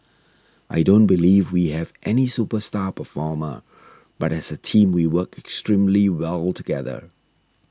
I don't believe we have any superstar performer but as a team we work extremely well together